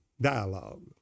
dialogue